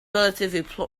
relatively